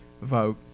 vote